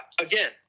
again